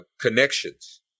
connections